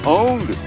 owned